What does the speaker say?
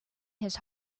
his